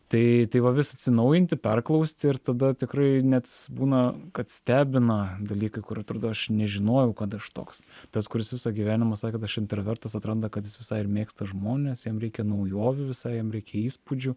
tai tai va vis atsinaujinti perklausti ir tada tikrai net būna kad stebina dalykai kur atrodo aš nežinojau kad aš toks tas kuris visą gyvenimą sakė aš intravertas atranda kad jis visai mėgsta žmones jam reikia naujovių visai jam reikia įspūdžių